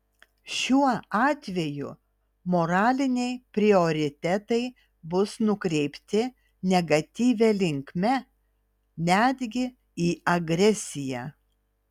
šiuo atveju moraliniai prioritetai bus nukreipti negatyvia linkme netgi į agresiją